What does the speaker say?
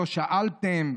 לא שאלתם,